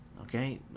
Okay